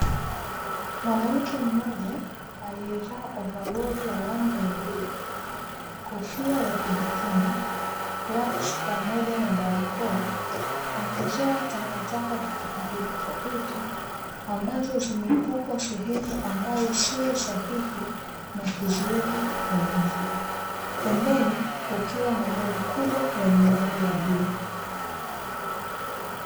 Mwanamke mmoja aliyevaa ovaroli la rangi ya bluu, kofia ya kujikinga, glavzi pamoja na barakoa; akizoa takataka za tofautitofauti ambazo zimetupwa sehemu ambayo siyo sahihi, na kuziweka kwenye mfuko. Pembeni kukiwa na gari kubwa lenye rangi ya bluu.